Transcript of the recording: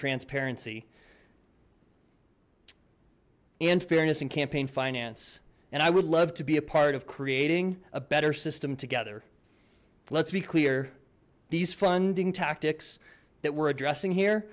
transparency and fairness and campaign finance and i would love to be a part of creating a better system together let's be clear these funding tactics that we're addressing here